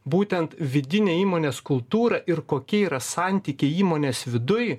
būtent vidinė įmonės kultūra ir kokie yra santykiai įmonės viduj